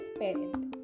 parent